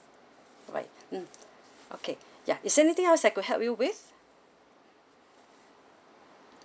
right mm okay ya is there anything else I could help you with mm